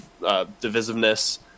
divisiveness